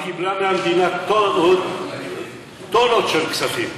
והיא קיבלה מהמדינה טונות, טונות, של כספים.